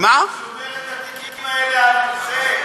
הוא שומר את התיקים האלה עבורכם.